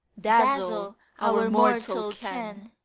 dazzle our mortal ken.